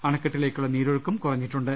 അണക്കെ ട്ടിലെക്കുള്ള നീരൊഴുക്കും കുറഞ്ഞിട്ടുണ്ട്